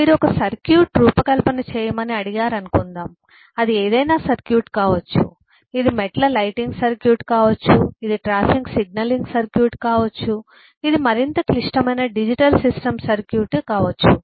మీరు ఒక సర్క్యూట్ రూపకల్పన చేయమని అడిగారు అనుకుందాం అది ఏదైనా సర్క్యూట్ కావచ్చు ఇది మెట్ల లైటింగ్ సర్క్యూట్ కావచ్చు ఇది ట్రాఫిక్ సిగ్నలింగ్ సర్క్యూట్ కావచ్చు ఇది మరింత క్లిష్టమైన డిజిటల్ సిస్టమ్ సర్క్యూట్లు కావచ్చు